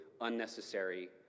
unnecessary